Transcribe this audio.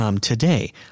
Today